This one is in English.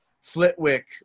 Flitwick